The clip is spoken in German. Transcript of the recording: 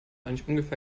wahrscheinlich